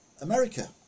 America